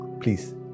please